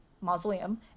mausoleum